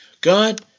God